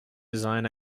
design